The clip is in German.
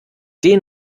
den